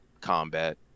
combat